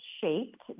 shaped